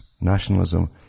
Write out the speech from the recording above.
Nationalism